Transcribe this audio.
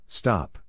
stop